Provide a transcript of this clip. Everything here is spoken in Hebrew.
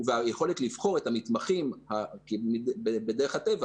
והיכולת לבחור את המתמחים בדרך הטבע,